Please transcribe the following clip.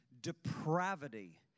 depravity